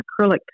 acrylic